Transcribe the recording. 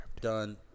done